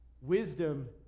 wisdom